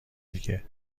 دیگه